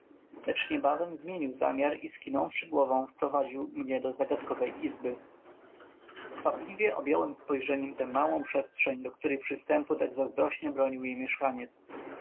lecz niebawem zmienił zamiar i skinąwszy głową wprowadził mnie do zagadkowej izby skwapliwie objąłem spojrzeniem tę małą przestrzeń do której przystępu tak zazdrośnie bronił jej mieszkaniec